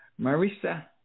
Marissa